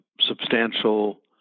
substantial